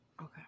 Okay